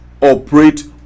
operate